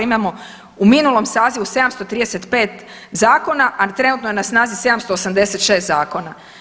Imamo u minulom sazivu 735 zakona, a trenutno je na snazi 786 zakona.